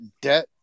debt